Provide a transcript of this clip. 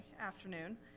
afternoon